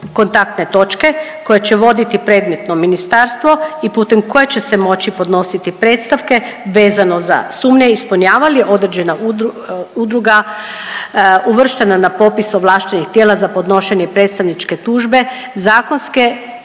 kontaktne točke koje će voditi predmetno ministarstvo i putem koje će se moći podnositi predstavke vezano za sumnje ispunjava li određena udruga uvrštena na popis ovlaštenih tijela za podnošenje predstavničke tužbe zakonske